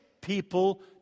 people